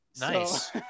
Nice